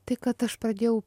tai kad aš pradėjau